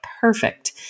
perfect